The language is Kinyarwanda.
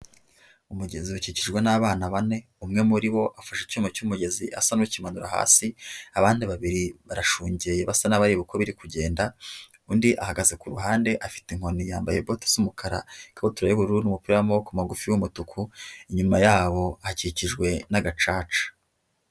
Umugezi ukikijwe n'abana bane, umwe muri bo afashe icyuma cy'umugezi asa n'ukimanura hasi, abandi babiri barashungeye basa n'abareba uko biri kugenda, undi ahagaze ku ruhande afite inkoni yambaye boti z'umukara, ikabutura y'ubururu n'umupira w'amaboko magufi w'umutuku, inyuma yabo hakikijwe n'agacaca.